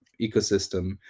ecosystem